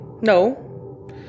No